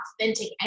authentic